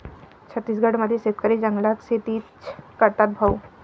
छत्तीसगड मध्ये शेतकरी जंगलात शेतीच करतात भाऊ